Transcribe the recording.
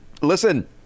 listen